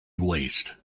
waste